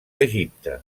egipte